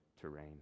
terrain